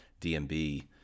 DMB